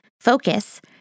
focus